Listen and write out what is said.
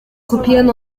kopieren